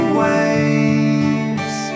waves